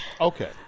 okay